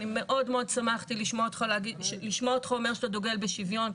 אני מאוד מאוד שמחתי לשמוע אותך אומר שאתה דוגל בשוויון,